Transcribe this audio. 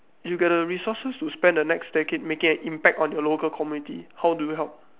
if you get the resources to spend the next decade making an impact on the local community how do you help